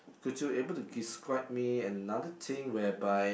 would you able to describe me another thing whereby